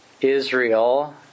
Israel